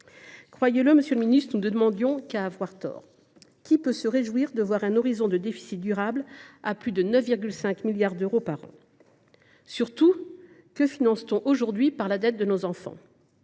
Croyez le, monsieur le ministre, nous ne demandions qu’à avoir tort : qui peut se réjouir de faire face à un horizon de déficits durables à plus de 9,5 milliards d’euros par an ? Surtout, que finance t on aujourd’hui par la dette de nos enfants ?